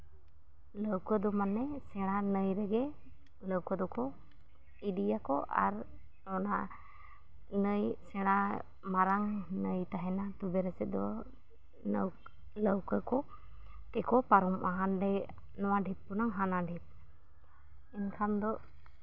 ᱞᱟᱹᱣᱠᱟᱹ ᱫᱚ ᱢᱟᱱᱮ ᱥᱮᱬᱟ ᱱᱟᱹᱭ ᱨᱮᱜᱮ ᱞᱟᱹᱣᱠᱟᱹ ᱫᱚᱠᱚ ᱤᱫᱤᱭᱟᱠᱚ ᱟᱨ ᱚᱱᱟ ᱱᱟᱹᱭ ᱥᱮᱬᱟ ᱢᱟᱨᱟᱝ ᱱᱟᱹᱭ ᱛᱟᱦᱮᱱᱟ ᱛᱚᱵᱮ ᱨᱮᱥᱮ ᱫᱚ ᱱᱟᱹᱣᱠᱟᱹ ᱠᱚ ᱛᱮᱠᱚ ᱯᱟᱨᱚᱢᱜᱼᱟ ᱱᱚᱣᱟ ᱰᱷᱤᱯ ᱠᱷᱚᱱᱟᱜ ᱦᱟᱱᱟ ᱰᱷᱤᱯ ᱮᱱᱠᱷᱟᱱ ᱫᱚ